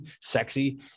sexy